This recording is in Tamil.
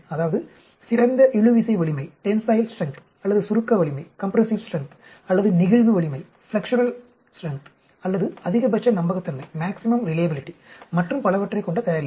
அதாவது சிறந்த இழுவிசை வலிமை அல்லது சுருக்க வலிமை அல்லது நெகிழ்வு வலிமை அல்லது அதிகபட்ச நம்பகத்தன்மை மற்றும் பலவற்றைக் கொண்ட தயாரிப்பு